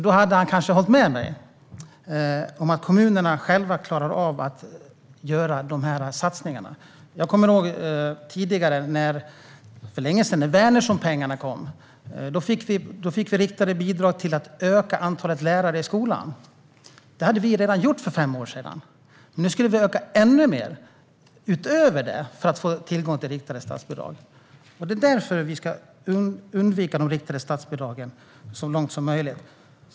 Då hade han kanske hållit med mig om att kommunerna själva klarar av att göra de här satsningarna. Jag kommer ihåg när Wärnerssonpengarna kom för länge sedan. Då fick vi riktade bidrag för att öka antalet lärare i skolan. Det hade vi gjort redan fem år tidigare. Men nu skulle vi öka antalet ännu mer för att få tillgång till riktade statsbidrag. Det är därför vi ska undvika de riktade statsbidragen så långt som möjligt.